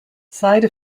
side